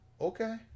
Okay